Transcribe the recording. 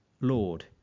Lord